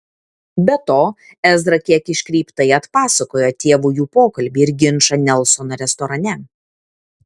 be to ezra kiek iškreiptai atpasakojo tėvui jų pokalbį ir ginčą nelsono restorane